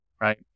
Right